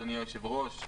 אדוני היושב-ראש.